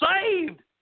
saved